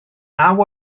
naw